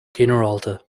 ginearálta